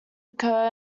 occur